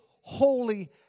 holy